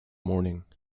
morning